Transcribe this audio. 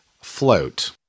Float